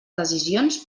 decisions